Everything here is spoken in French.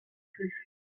plus